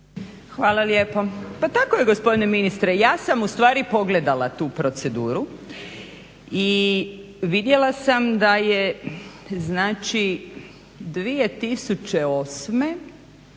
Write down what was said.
Hvala lijepo. Pa tako je gospodine ministre ja sam ustvari pogledala tu proceduru i vidjela sam da je znači